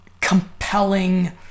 compelling